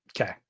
Okay